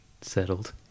settled